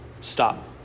Stop